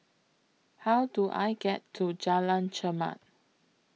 How Do I get to Jalan Chermat